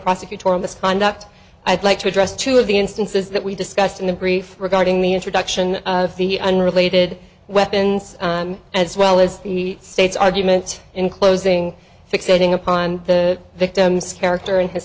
prosecutorial misconduct i'd like to address two of the instances that we discussed in the brief regarding the introduction of the unrelated weapons as well as the state's argument in closing fixating upon the victim's character and his